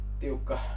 tiukka